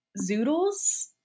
zoodles